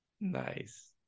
Nice